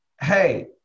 hey